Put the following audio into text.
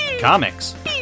comics